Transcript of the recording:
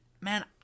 man